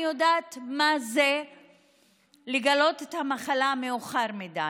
אני יודעת מה זה לגלות את המחלה מאוחר מדי,